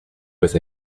with